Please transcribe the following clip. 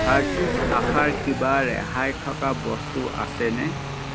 Hershey's শাখাৰ কিবা ৰেহাই থকা বস্তু আছেনে